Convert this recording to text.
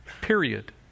Period